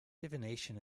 divination